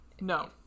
No